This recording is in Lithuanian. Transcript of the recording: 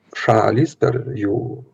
šalys per jų